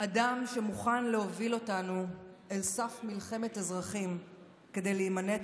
אדם שמוכן להוביל אותנו אל סף מלחמת אזרחים כדי להימלט